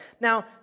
Now